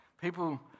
People